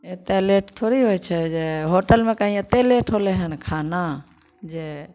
एतेक लेट थोड़ी होय छै जे होटलमे कही एतेक लेट होलै हन खाना जे